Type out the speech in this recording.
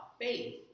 faith